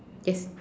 yes